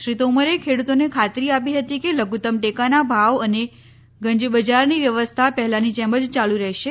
શ્રી તોમરે ખેડૂતોને ખાતરી આપી હતી કે લધુત્તમ ટેકાના ભાવ અને ગંજબજારની વ્યવસ્થા પહેલાંની જેમ જ ચાલુ રહેશે